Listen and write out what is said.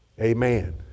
Amen